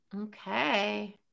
Okay